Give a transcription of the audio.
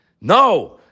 No